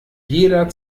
jeder